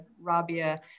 Rabia